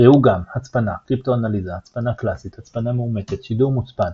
ראו גם הצפנה קריפטואנליזה הצפנה קלאסית הצפנה מאומתת שידור מוצפן